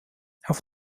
auf